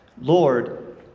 Lord